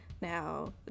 now